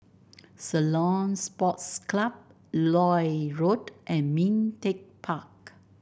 Ceylon Sports Club Lloyd Road and Ming Teck Park